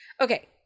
okay